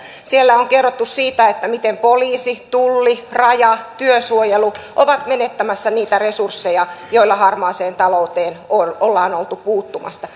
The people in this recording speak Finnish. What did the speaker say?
siellä on kerrottu siitä miten poliisi tulli raja työsuojelu ovat menettämässä niitä resursseja joilla harmaaseen talouteen ollaan oltu puuttumassa